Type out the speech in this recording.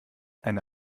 eine